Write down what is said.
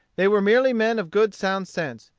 they were merely men of good sound sense,